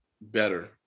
better